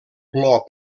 plor